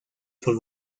por